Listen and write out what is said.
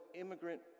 immigrant